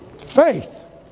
faith